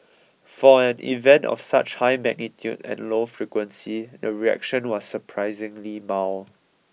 for an event of such high magnitude and low frequency the reaction was surprisingly mild